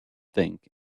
think